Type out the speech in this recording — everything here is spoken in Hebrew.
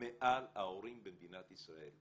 מעל ההורים במדינת ישראל.